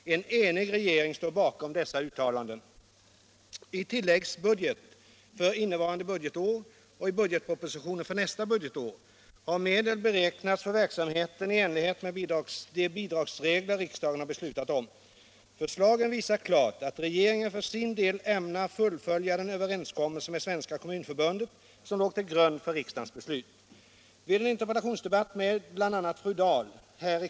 En enig regering står bakom dessa uttalanden. I tilläggsbudget för innevarande budgetår och i budgetpropositionen för nästa budgetår har medel beräknats för verksamheten i enlighet med de bidragsregler riksdagen har beslutat om. Förslagen visar klart att regeringen för sin del ämnar fullfölja den överenskommelse med Svenska kommunförbundet som låg till grund för riksdagens beslut.